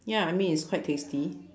ya I mean it's quite tasty